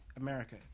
America